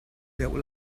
deuh